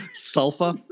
sulfur